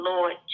Lord